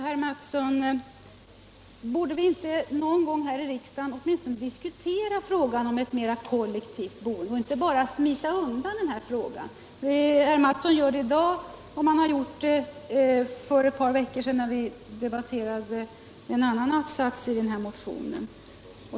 Herr talman! Borde vi inte, herr Mattsson, någon gång här i riksdagen åtminstone diskutera frågan om ett mera kollektivt boende och inte bara smita undan den? Herr Mattsson gör det i dag, och man gjorde det för ett par veckor sedan när vi debatterade en annan att-sats i den här motionen.